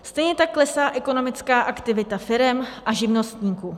Stejně tak klesá ekonomická aktivita firem a živnostníků.